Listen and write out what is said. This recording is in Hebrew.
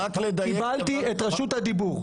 רק לדייק את --- קיבלתי את רשות הדיבור.